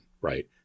right